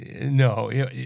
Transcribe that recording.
No